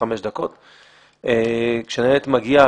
כשהניידת מגיעה,